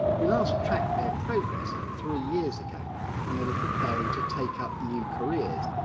we last tracked their progress three years ago when they were preparing to take up new careers.